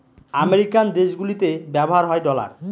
American দেশগুলিতে ব্যবহার হয় ডলার